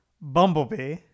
Bumblebee